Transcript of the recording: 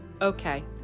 Okay